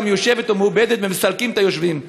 מיושבת או מעובדת ומסלקים את היושבים.